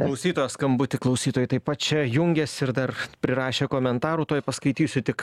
klausytojo skambutį klausytojai taip pat čia jungiasi ir dar prirašė komentarų tuoj paskaitysiu tik